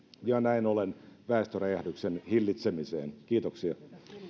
ja näin ollen väestöräjähdyksen hillitsemiseen kiitoksia